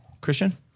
Christian